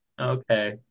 Okay